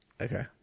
Okay